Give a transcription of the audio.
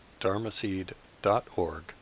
dharmaseed.org